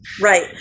right